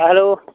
hello